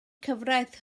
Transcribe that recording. cyfraith